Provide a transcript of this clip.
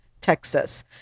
Texas